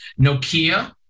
Nokia